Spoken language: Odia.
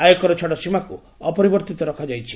ଆୟକର ଛାଡ଼ ସୀମାକୁ ଅପରିବର୍ଭିତ ରଖାଯାଇଛି